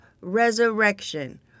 resurrection